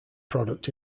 product